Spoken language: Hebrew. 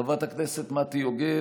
חברת הכנסת מטי יוגב,